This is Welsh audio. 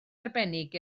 arbennig